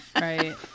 Right